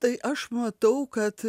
tai aš matau kad